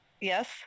Yes